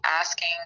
asking